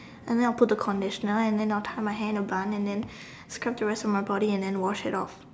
and then I will put conditioner and then I will tie my hair into a bun and then I scrub the rest of my body and then wash it off